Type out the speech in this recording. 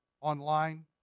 online